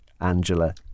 Angela